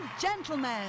gentlemen